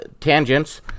tangents